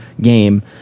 game